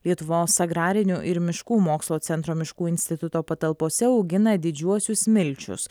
lietuvos agrarinių ir miškų mokslo centro miškų instituto patalpose augina didžiuosius milčius